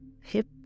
hip